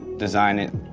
design it,